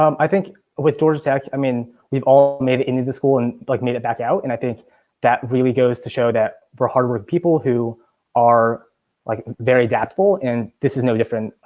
um i think with georgia tech, i mean we've all made it into the school and like made it back out. and i think that really goes to show that for harvard people who are like very adaptable and this is now different.